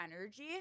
energy